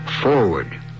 forward